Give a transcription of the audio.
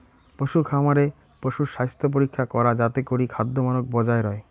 পশুখামারে পশুর স্বাস্থ্যপরীক্ষা করা যাতে করি খাদ্যমানক বজায় রয়